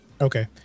Okay